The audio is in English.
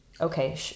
Okay